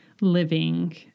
Living